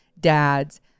dads